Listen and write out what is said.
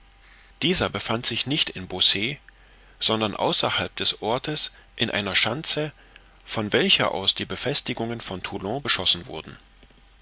dieser befand sich nicht in beausset sondern außerhalb des ortes in einer schanze von welcher aus die befestigungen von toulon beschossen wurden